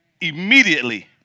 Immediately